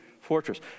fortress